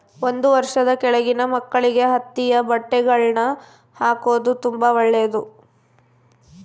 ಒಂದು ವರ್ಷದ ಕೆಳಗಿನ ಮಕ್ಕಳಿಗೆ ಹತ್ತಿಯ ಬಟ್ಟೆಗಳ್ನ ಹಾಕೊದು ತುಂಬಾ ಒಳ್ಳೆದು